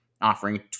offering